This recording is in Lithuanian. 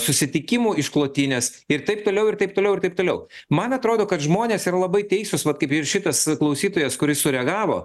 susitikimų išklotinės ir taip toliau ir taip toliau ir taip toliau man atrodo kad žmonės yra labai teisūs vat kaip ir šitas klausytojas kuris sureagavo